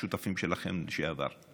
השותפים שלכם לשעבר,